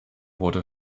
wurde